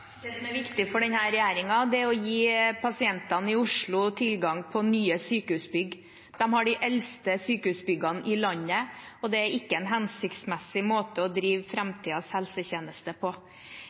Det som er viktig for denne regjeringen, er å gi pasientene i Oslo tilgang på nye sykehusbygg. De har de eldste sykehusbyggene i landet, og det er ikke en hensiktsmessig måte å drive framtidens helsetjeneste på.